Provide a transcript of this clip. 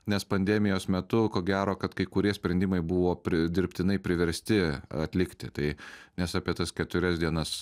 nes pandemijos metu ko gero kad kai kurie sprendimai buvo dirbtinai priversti atlikti tai nes apie tas keturias dienas